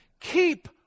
Keep